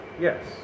Yes